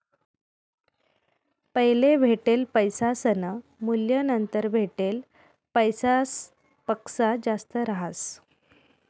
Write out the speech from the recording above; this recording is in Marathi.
पैले भेटेल पैसासनं मूल्य नंतर भेटेल पैसासपक्सा जास्त रहास